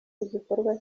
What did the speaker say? igikorwa